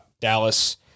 Dallas